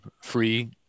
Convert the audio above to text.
free